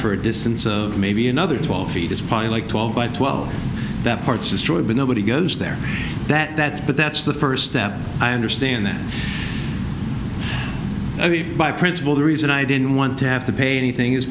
for a distance of maybe another twelve feet is probably like twelve by twelve that part's destroyed but nobody goes there that that but that's the first step i understand that by principle the reason i didn't want to have to pay anything is